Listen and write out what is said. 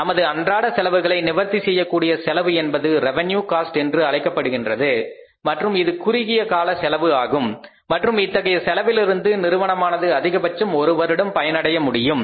நமது அன்றாட செலவுகளை நிவர்த்தி செய்யக்கூடிய செலவு என்பது ரெவென்யு காஸ்ட் என்று அழைக்கப்படுகின்றது மற்றும் இது குறுகிய கால செலவு ஆகும் மற்றும் இத்தகைய செலவிலிருந்து நிறுவனமானது அதிகபட்சம் ஒரு வருடம் பயனடைய முடியும்